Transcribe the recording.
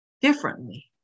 differently